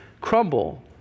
crumble